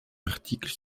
articles